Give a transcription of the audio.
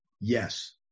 Yes